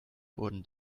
wurden